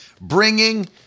bringing